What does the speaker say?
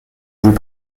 vous